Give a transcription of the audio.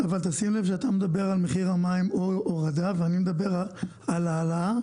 אבל אתה מדבר על מחיר המים הורדה ואני מדבר על העלאה.